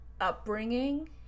upbringing